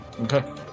Okay